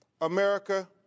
America